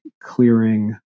clearing